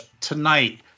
tonight